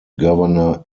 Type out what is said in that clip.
governor